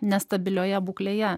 nestabilioje būklėje